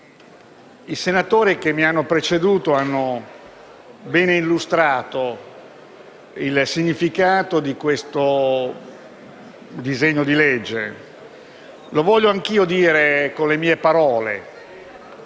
i senatori che mi hanno preceduto hanno ben illustrato il significato di questo disegno di legge. Lo voglio dire anch'io con le mie parole: